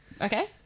okay